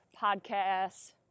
podcasts